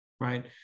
right